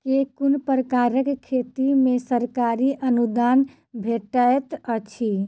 केँ कुन प्रकारक खेती मे सरकारी अनुदान भेटैत अछि?